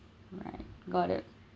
alright got it